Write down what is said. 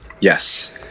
Yes